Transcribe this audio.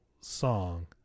song